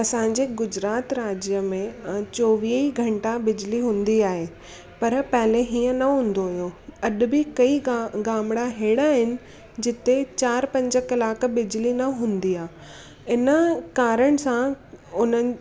असांजे गुजरात राज्य में अ चोवीह ई घंटा बिजली हूंदी आहे पर पहिले हीअं न हूंदो हुयो अॼु बि कई गा गामणा अहिड़ा आहिनि जिते चारि पंज कलाक बिजली न हूंदी आहे इन कारण सां उन्हनि